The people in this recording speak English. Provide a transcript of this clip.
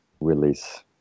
release